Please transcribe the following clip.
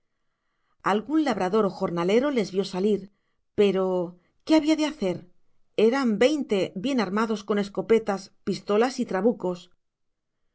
algún labrador o jornalero les vio salir pero qué había de hacer eran veinte bien armados con escopetas pistolas y trabucos